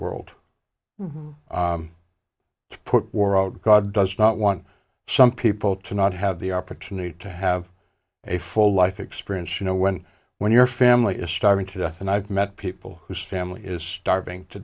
put god does not want some people to not have the opportunity to have a full life experience you know when when your family is starving to death and i've met people whose family is starving to